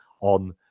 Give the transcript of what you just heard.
on